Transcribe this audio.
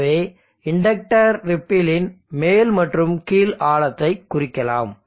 எனவே இண்டக்டர் ரிப்பில்லின் மேல் மற்றும் கீழ் ஆழத்தை குறிக்கலாம்